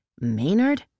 Maynard